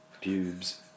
pubes